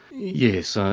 yes. so